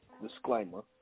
disclaimer